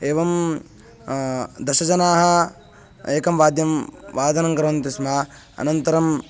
एवं दशजनाः एकं वाद्यं वादनं कुर्वन्ति स्म अनन्तरं